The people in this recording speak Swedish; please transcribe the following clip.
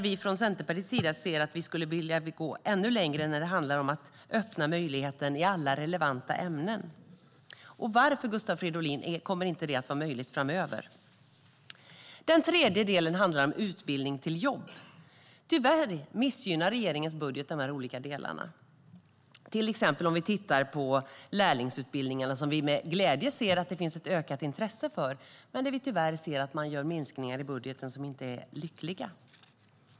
Vi från Centerpartiets sida skulle vilja gå ännu längre när det handlar om att öppna möjligheten i alla relevanta ämnen. Varför kommer inte det att vara möjligt framöver, Gustav Fridolin? Den tredje delen handlar om utbildning till jobb. Tyvärr missgynnar regeringens budget de olika delarna. Vi kan till exempel titta på lärlingsutbildningarna, som vi med glädje ser att det finns ett ökat intresse för. Där ser vi tyvärr att man gör minskningar i budgeten, vilket är olyckligt.